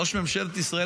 ראש ממשלת ישראל,